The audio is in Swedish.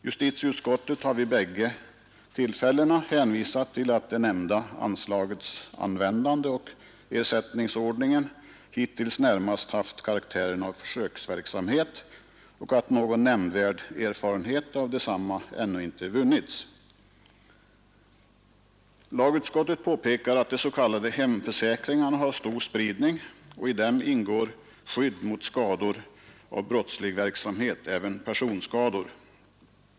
Justitieutskottet har vid bägge tillfällena hänvisat till att det nämnda anslagets användande och ersättningsordningen hittills närmast haft karaktären av försöksverksamhet och att någon nämnvärd erfarenhet ännu inte vunnits. Lagutskottet påpekar att de s.k. hemförsäkringarna har stor spridning, och i dem ingår skydd mot skador av brottslig verksamhet — även personskador.